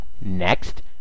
next